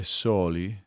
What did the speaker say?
soli